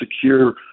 secure